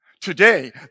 Today